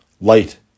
light